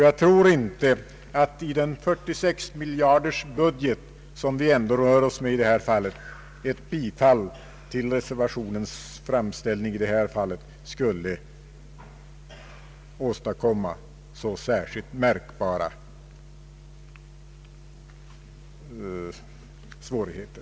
Jag tror inte att i den 46-miljardersbudget som vi ändå rör oss med ett bifall till reservationen i detta fall skulle åstadkomma några märkbara svårigheter.